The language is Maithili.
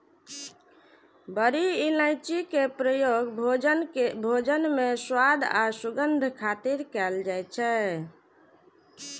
बड़ी इलायची के प्रयोग भोजन मे स्वाद आ सुगंध खातिर कैल जाइ छै